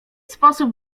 sposób